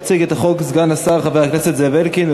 יציג את החוק סגן השר חבר הכנסת זאב אלקין.